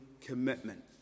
commitment